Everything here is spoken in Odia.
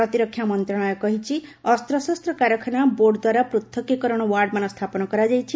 ପ୍ରତିରକ୍ଷା ମନ୍ତ୍ରଣାଳୟ କହିଛି ଅସ୍ତଶାସ୍ତ କାରଖାନା ବୋର୍ଡ଼ଦ୍ୱାରା ପୃଥକୀକରଣ ୱାର୍ଡ଼ମାନ ସ୍ଥାପନ କରାଯାଇଛି